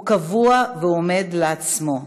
הוא קבוע ועומד לעצמו.